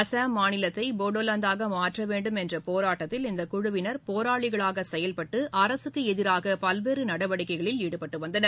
அஸ்ஸாம் மாநிலத்தை போடோவாந்தாக மாற்ற வேண்டும் என்ற போராட்டத்தில் இந்த குழுவினர் போராளிகளாக செயல்பட்டு அரசுக்கு எதிராக பல்வேறு நடவடிக்கைகளில் ஈடுபட்டு வந்தனர்